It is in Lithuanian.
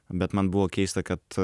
bet man buvo keista kad